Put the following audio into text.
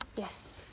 Yes